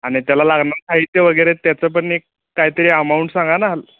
आणि त्याला लागणारं साहित्य वगैरे त्याचं पण एक काहीतरी अमाऊंट सांगा ना